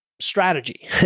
strategy